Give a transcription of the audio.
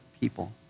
people